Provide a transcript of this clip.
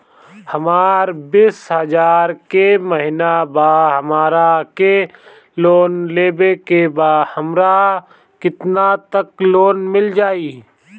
हमर बिस हजार के महिना बा हमरा के लोन लेबे के बा हमरा केतना तक लोन मिल जाई?